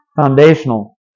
foundational